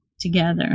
together